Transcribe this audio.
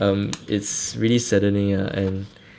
um it's really saddening lah and